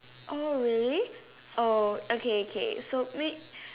oh really oh okay okay so wait